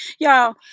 Y'all